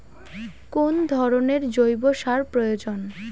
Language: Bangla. কোন ধরণের জৈব সার প্রয়োজন?